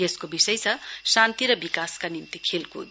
यसको विषय छ शान्ति र विकासका निम्ति खेलकुद